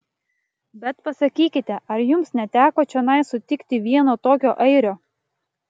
bet pasakykite ar jums neteko čionai sutikti vieno tokio airio